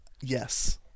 yes